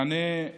מענה על